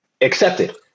accepted